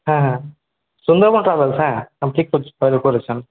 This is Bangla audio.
হ্যাঁ হ্যাঁ সুন্দরবন ট্রাভেলস হ্যাঁ আপনি ঠিক কছ করেছেন